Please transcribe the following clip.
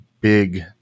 big